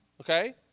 Okay